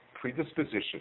predisposition